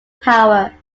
power